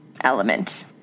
element